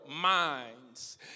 minds